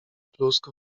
plusk